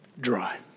dry